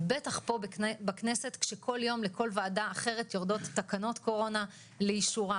בטח פה בכנסת כשכל יום לכל ועדה אחרת יורדות תקנות קורונה לאישור,